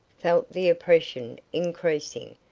felt the oppression increasing,